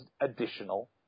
additional